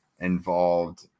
involved